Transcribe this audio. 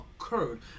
occurred